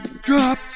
drop